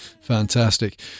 fantastic